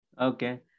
Okay